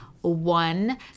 one